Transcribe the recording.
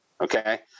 okay